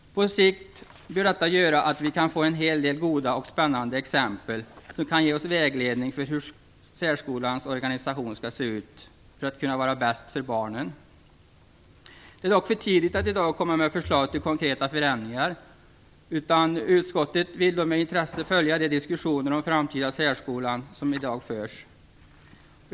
På sikt bör detta göra att vi kan få en hel del goda och spännande exempel, som kan ge oss vägledning för hur särskolans organisation skall se ut för att kunna vara bäst för barnen. Det är dock för tidigt att i dag komma med förslag till konkreta förändringar, men utskottet vill med intresse följa den diskussion om framtidens särskola som i dag förs.